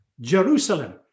Jerusalem